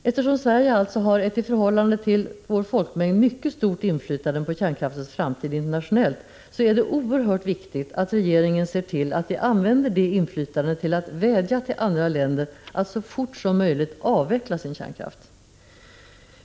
Eftersom Sverige alltså har ett i förhållande till sin folkmängd mycket stort inflytande på kärnkraftens framtid internationellt, är det oerhört viktigt att regeringen ser till att vi använder det inflytandet till att vädja till andra länder att så fort som möjligt avveckla sin kärnkraft.